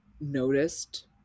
noticed